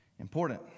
important